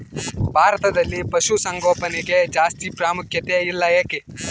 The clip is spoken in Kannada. ಭಾರತದಲ್ಲಿ ಪಶುಸಾಂಗೋಪನೆಗೆ ಜಾಸ್ತಿ ಪ್ರಾಮುಖ್ಯತೆ ಇಲ್ಲ ಯಾಕೆ?